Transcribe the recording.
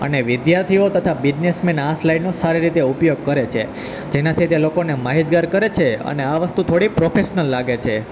અને વિદ્યાર્થીઓ તથા બિઝનેસમેન આ સ્લાઈડનો સારી રીતે ઉપયોગ કરે છે જેનાથી તે લોકોને માહિતગાર કરે છે અને આ વસ્તુ થોડી પ્રોફેશનલ લાગે છે